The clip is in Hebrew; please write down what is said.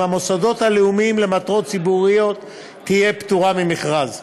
המוסדות הלאומיים למטרות ציבוריות תהיה פטורה ממכרז.